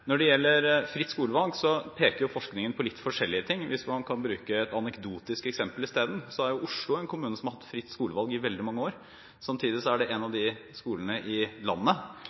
Når det gjelder fritt skolevalg, peker forskningen på litt forskjellige ting. Hvis man kan bruke et anekdotisk eksempel i stedet, er Oslo en kommune som har hatt fritt skolevalg i veldig mange år. Samtidig er det et av fylkene, en av kommunene i landet,